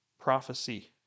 prophecy